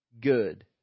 good